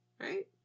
right